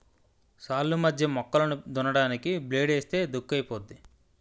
సాల్లు మధ్య మొక్కలు దున్నడానికి బ్లేడ్ ఏస్తే దుక్కైపోద్ది